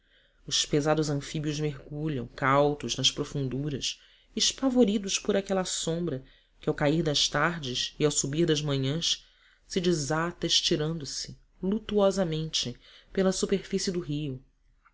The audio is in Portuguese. os pesados anfíbios mergulham cautos nas profunduras espavoridos por aquela sombra que ao cair das tardes e ao subir das manhãs se desata estirando-se lutuosamente pela superfície do rio